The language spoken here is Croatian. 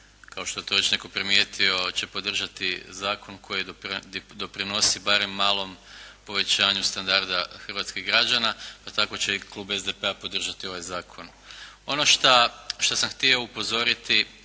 kao što je to već netko primijetio će podržati zakon koji doprinosi barem malom povećanju standardu hrvatskih građana pa tako će i klub SDP-a podržati ovaj zakon. Ono što sam htio upozoriti